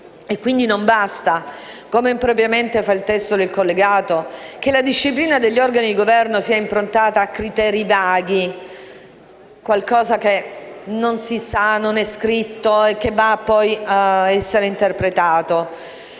quindi, non basta - come impropriamente fa il testo del collegato - che la disciplina degli organi di governo sia improntata a criteri vaghi, a qualcosa che non è scritto e che poi va interpretato,